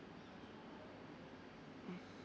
mm